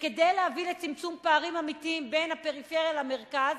שכדי להביא לצמצום פערים אמיתי בין הפריפריה למרכז,